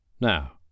Now